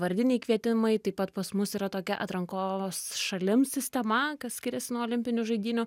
vardiniai kvietimai taip pat pas mus yra tokia atrankos šalims sistema skiriasi nuo olimpinių žaidynių